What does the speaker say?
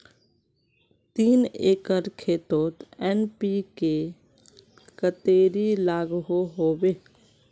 तीन एकर खेतोत एन.पी.के कतेरी लागोहो होबे?